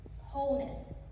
wholeness